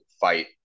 fight